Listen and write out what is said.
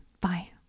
Bye